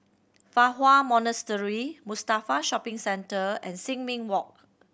Fa Hua Monastery Mustafa Shopping Centre and Sin Ming Walk